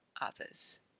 others